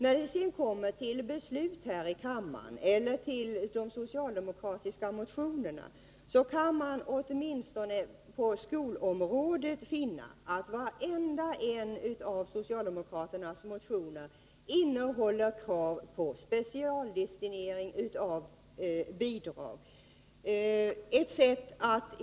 När det kommer till beslut här i kammaren i fråga om de socialdemokratiska motionerna — åtminstone på skolområdet — finner vi att varenda en innehåller krav på specialdestinering av bidrag. Det är ett sätt att